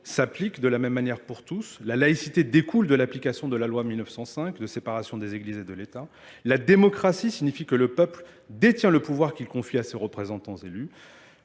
s'appliquent de la même manière pour tous. La laïcité découle de l'application de la loi 1905 de séparation des Églises et de l'État. La démocratie signifie que le peuple détient le pouvoir qu'il confie à ses représentants élus.